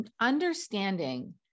understanding